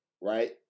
right